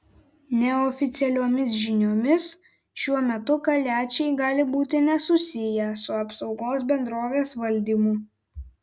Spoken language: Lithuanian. neoficialiomis žiniomis šiuo metu kaliačiai gali būti nesusiję su apsaugos bendrovės valdymu